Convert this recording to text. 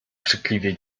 krzykliwie